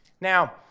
Now